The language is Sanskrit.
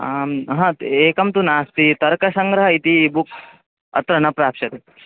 आम् अह एकं तु नास्ति तर्कसङ्ग्रहः इति बुक् अत्र न प्राप्स्यते